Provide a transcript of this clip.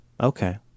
Okay